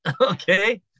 okay